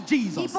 Jesus